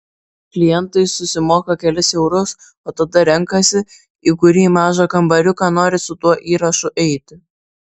klientai susimoka kelis eurus o tada renkasi į kurį mažą kambariuką nori su tuo įrašu eiti